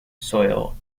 soil